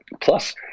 plus